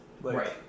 Right